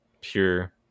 pure